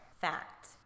Fact